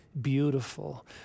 beautiful